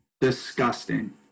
Disgusting